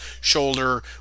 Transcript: shoulder